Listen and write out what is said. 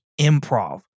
improv